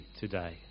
today